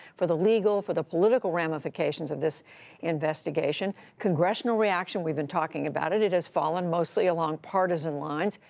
for the legal, for the political ramifications of this investigation. congressional reaction, we have been talking about it. it has fallen mostly along partisan lines,